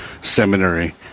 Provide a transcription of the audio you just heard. seminary